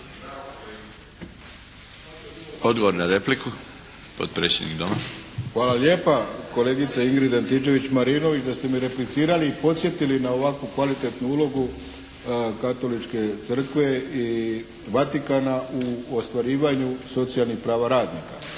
Odgovor na repliku, potpredsjednik Doma. **Arlović, Mato (SDP)** Hvala lijepa kolegice Ingrid Antičević Marinović da ste mi replicirali i podsjetili na ovako kvalitetnu ulogu katoličke crkve i Vatikana u ostvarivanju socijalnih prava radnika.